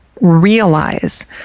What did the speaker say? realize